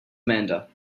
amanda